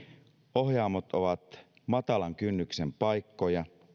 ohjaamot ovat matalan kynnyksen paikkoja